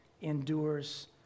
endures